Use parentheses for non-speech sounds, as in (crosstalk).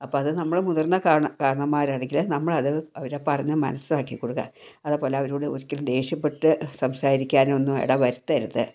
അപ്പോൾ അത് നമ്മൾ മുതിർന്ന കാർന്നവന്മാര് (unintelligible) നമ്മൾ അത് അവരെ പറഞ്ഞു മനസ്സിലാക്കി കൊടുക്കുക അതേപോലെ അവരോട് ഒരിക്കലും ദേഷ്യപ്പെട്ട് സംസാരിക്കാനോ ഒന്നും ഇട വരുത്തരുത്